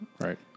Right